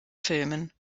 filmen